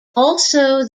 also